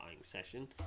session